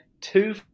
two